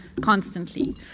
constantly